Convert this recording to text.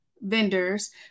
vendors